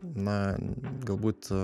na galbūt